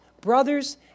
brothers